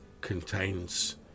contains